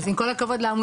אז עם כל הכבוד לעמותה,